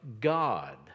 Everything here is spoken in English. God